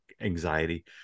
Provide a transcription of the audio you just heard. anxiety